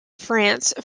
france